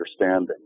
understanding